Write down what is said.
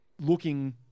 looking